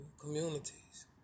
communities